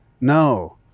no